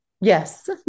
Yes